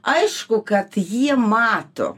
aišku kad jie mato